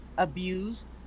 Abused